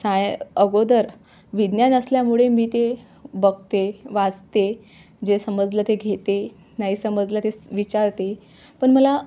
साय अगोदर विज्ञान असल्यामुळे मी ते बघते वाचते जे समजलं ते घेते नाही समजलं ते विचारते पण मला